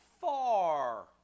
far